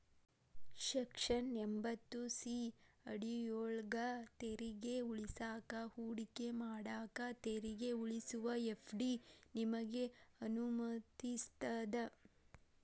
section ಎಂಭತ್ತು C ಅಡಿಯೊಳ್ಗ ತೆರಿಗೆ ಉಳಿಸಾಕ ಹೂಡಿಕೆ ಮಾಡಾಕ ತೆರಿಗೆ ಉಳಿಸುವ ಎಫ್.ಡಿ ನಿಮಗೆ ಅನುಮತಿಸ್ತದ